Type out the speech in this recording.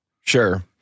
Sure